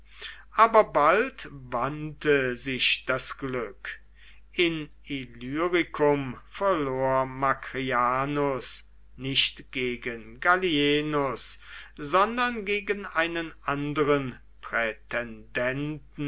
aber bald wandte sich das glück in illyricum verlor macrianus nicht gegen gallienus sondern gegen einen anderen